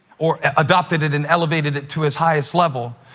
or adopted it and elevated it to its highest level,